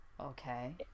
Okay